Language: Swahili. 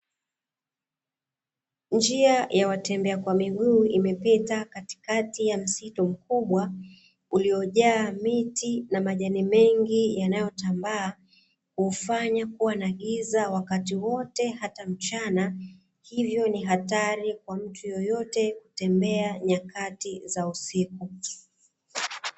Njia ya watembea kwa miguu imepita katikati ya msitu mkubwa uliojaa miti na majani mengi, yanayotambaa kuufanya kuwa na giza wakati wote hata mchana hivyo ni hatari kwa mtu yeyote kutembea nyakati za usiku.